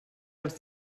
els